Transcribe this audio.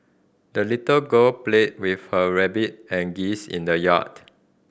the little girl played with her rabbit and geese in the yard